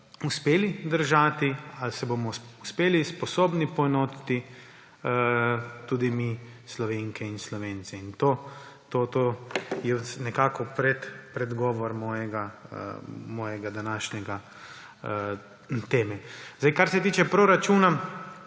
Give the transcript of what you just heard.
uspeli držati ali se bomo sposobni poenotiti tudi mi, Slovenke in Slovenci. To je nekako predgovor moje današnje teme. Kar se tiče proračuna,